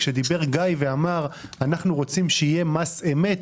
כשגיא אמר שאנו רוצים שיהיה מס אמת,